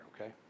okay